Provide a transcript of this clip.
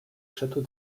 château